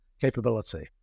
capability